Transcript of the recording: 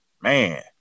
Man